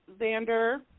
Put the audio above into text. Xander